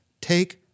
take